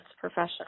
professional